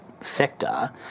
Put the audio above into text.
sector